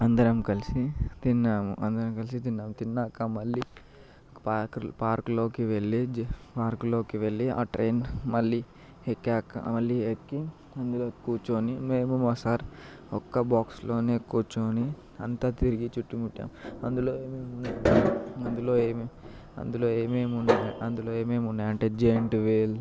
అందరం కలిసి తిన్నాము అందరం కలిసి తిన్నాము తిన్నాక మళ్ళీ పార్క్ పార్క్లోకి వెళ్ళి పార్క్లోకి వెళ్ళి ఆ ట్రైన్ మళ్ళీ ఎక్కాక మళ్ళీ ఎక్కి అందులో కూర్చొని మేము మా సార్ ఒక బాక్స్లోనే కూర్చోని అంతా తిరిగి చుట్టుముట్టాము అందులో ఏమి అందులో ఏమేమి ఉన్నాయో అందులో ఏమేమి ఉన్నాయి అంటే జియంట్ వీల్